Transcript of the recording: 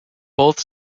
both